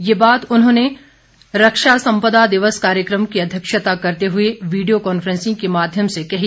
ये बात आज उन्होंने रक्षा संपदा दिवस कार्यक्रम की अध्यक्षता करते हुए वीडियो कांफ्रेंसिंग के माध्यम से कही